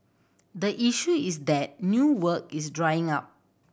the issue is that new work is drying up